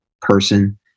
person